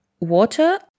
water